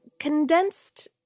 Condensed